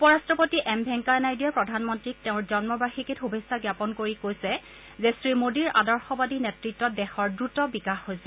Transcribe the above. উপ ৰাষ্ট্ৰপতি এম ভেংকায়া নাইডুৱে প্ৰধানমন্ত্ৰীক তেওঁৰ জন্ম বাৰ্ষিকীত শুভেচ্ছা জ্ঞাপন কৰি কৈছে যে শ্ৰীমোদীৰ আদৰ্শবাদী নেতৃত্বত দেশৰ দ্ৰুত বিকাশ হৈছে